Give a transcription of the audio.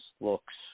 looks